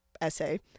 essay